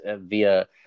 via